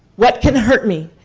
what can hurt me?